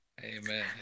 amen